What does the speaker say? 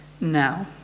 now